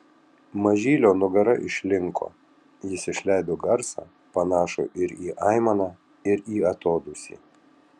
mažylio nugara išlinko jis išleido garsą panašų ir į aimaną ir į atodūsį